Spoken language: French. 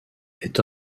est